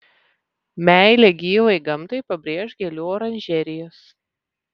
meilę gyvai gamtai pabrėš gėlių oranžerijos